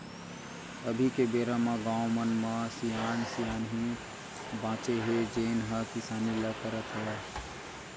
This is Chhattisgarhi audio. अभी के बेरा म गाँव मन म सियान सियनहिन बाचे हे जेन ह किसानी ल करत हवय